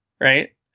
right